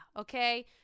okay